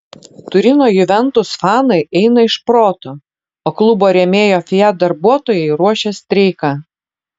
turino juventus fanai eina iš proto o klubo rėmėjo fiat darbuotojai ruošia streiką